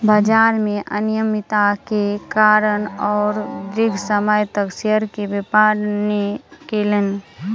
बजार में अनियमित्ता के कारणें ओ दीर्घ समय तक शेयर के व्यापार नै केलैन